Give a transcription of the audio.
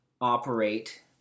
operate